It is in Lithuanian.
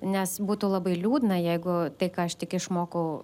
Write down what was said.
nes būtų labai liūdna jeigu tai ką aš tik išmokau